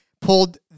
pulled